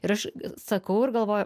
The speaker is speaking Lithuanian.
ir aš sakau ir galvoju